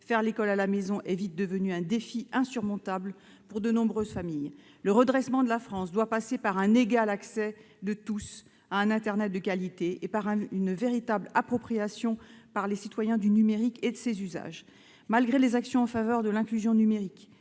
faire l'école à la maison est vite devenu un défi insurmontable pour de nombreuses familles. Le redressement de la France doit passer par un égal accès de tous à un internet de qualité et par une véritable appropriation par les citoyens du numérique et de ses usages. Malgré les actions menées depuis une